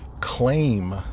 claim